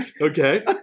Okay